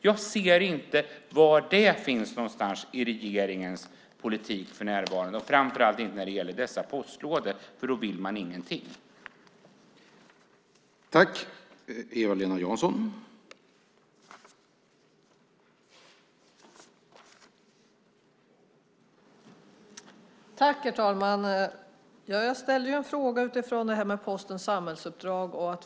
Jag ser inte var det finns i regeringens politik för närvarande och framför allt inte när det gäller dessa postlådor, för då vill man ingenting. Det är också tråkigt.